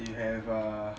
they have uh